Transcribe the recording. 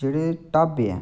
जेह्ड़े ढाबे न